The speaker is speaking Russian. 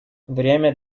время